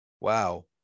Wow